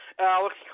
Alex